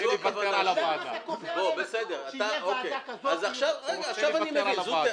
למה אתה קובע להם שתהיה ועדה כזאת --- עכשיו אני מבין.